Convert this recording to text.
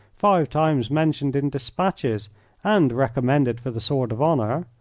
five times mentioned in despatches and recommended for the sword of honour.